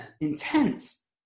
intense